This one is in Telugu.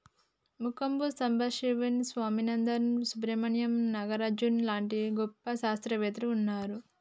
మంకంబు సంబశివన్ స్వామినాధన్, సుబ్రమణ్యం నాగరాజన్ లాంటి గొప్ప శాస్త్రవేత్తలు వున్నారు